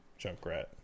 Junkrat